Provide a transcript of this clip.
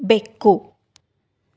ಬೆಕ್ಕು